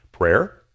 prayer